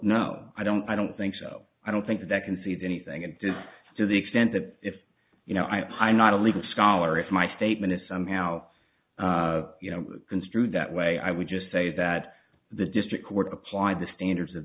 no i don't i don't think so i don't think that can see the anything it does to the extent that if you know i pine not a legal scholar if my statement is somehow you know construed that way i would just say that the district court applied the standards of